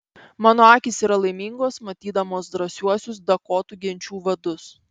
mano akys yra laimingos matydamos drąsiuosius dakotų genčių vadus